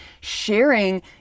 sharing